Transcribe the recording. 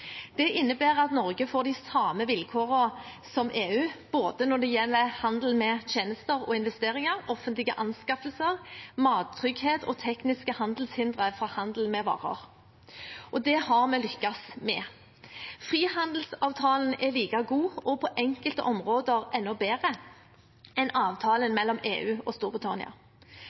Det innebærer at Norge får de samme vilkårene som EU når det gjelder både handel med tjenester og investeringer, offentlige anskaffelser, mattrygghet og tekniske handelshindre for handel med varer. Det har vi lykkes med. Frihandelsavtalen er like god og på enkelte områder enda bedre enn avtalen mellom EU og Storbritannia.